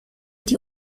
die